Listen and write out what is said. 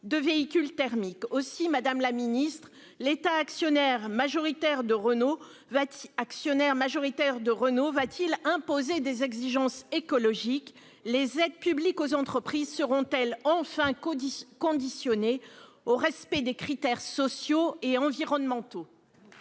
de véhicules thermiques. Madame la secrétaire d'État, l'État, actionnaire majoritaire de Renault, va-t-il imposer des exigences écologiques ? Les aides publiques aux entreprises seront-elles enfin conditionnées au respect de critères sociaux et environnementaux ?